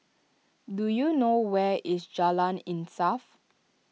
do you know where is Jalan Insaf